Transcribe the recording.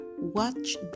watch